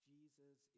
Jesus